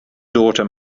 daughter